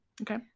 okay